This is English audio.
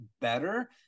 better